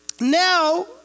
now